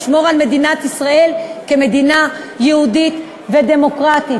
לשמור על מדינת ישראל כמדינה יהודית ודמוקרטית.